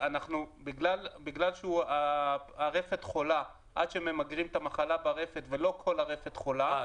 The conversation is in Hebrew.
בגלל שהרפת חולה עד שממגרים את המחלה ברפת ולא כל הרפת חולה -- אה,